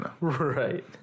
Right